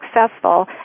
successful